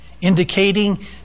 indicating